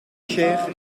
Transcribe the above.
chers